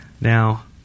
Now